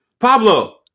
Pablo